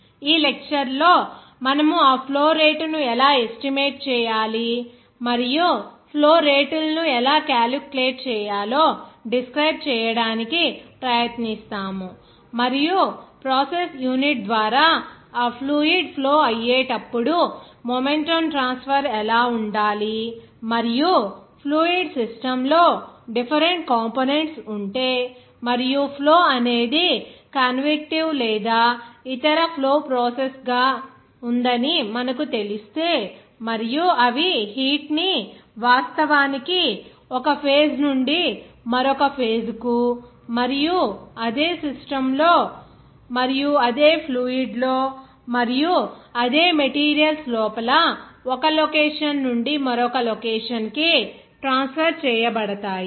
ఈ లెక్చర్ లో మనము ఆ ఫ్లో రేటును ఎలా ఎస్టిమేట్ వేయాలి మరియు ఫ్లో రేటును ఎలా క్యాలిక్యులేట్ చేయాలో డిస్క్రైబ్ చేయడానికి ప్రయత్నిస్తాము మరియు ప్రాసెస్ యూనిట్ ద్వారా ఆ ఫ్లూయిడ్ ఫ్లో అయ్యేటప్పుడు మొమెంటం ట్రాన్స్ఫర్ ఎలా ఉండాలి మరియు ఫ్లూయిడ్ సిస్టమ్ లో డిఫరెంట్ కంపోనెంట్స్ ఉంటే మరియు ఫ్లో అనేది కన్విక్టీవ్ లేదా ఇతర ఫ్లో ప్రాసెసెస్ గా ఉందని మనకు తెలిస్తే మరియు అవి హీట్ ని వాస్తవానికి ఒక ఫేజ్ నుండి మరొక ఫేజ్ కు మరియు అదే సిస్టమ్ లో మరియు అదే ఫ్లూయిడ్ లో మరియు అదే మెటీరియల్స్ లోపల ఒక లొకేషన్ నుండి మరొక లొకేషన్ కి ట్రాన్స్ఫర్ చేయబడతాయి